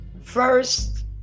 first